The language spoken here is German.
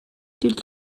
die